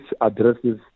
addresses